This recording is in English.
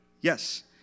Yes